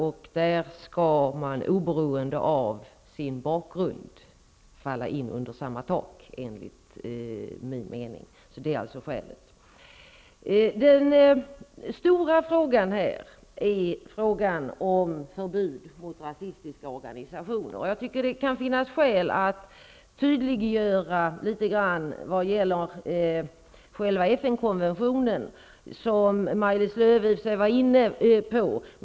Sådana frågor skall enligt min mening ligga under samma tak, oavsett annan tillhörighet. Den stora frågan här är förbud mot rasistiska organisationer, och jag tycker att det kan finnas skäl att göra några förtydliganden vad gäller FN konventionen, som Maj-Lis Lööw i och för sig var inne på.